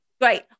Great